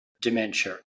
dementia